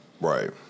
Right